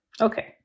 Okay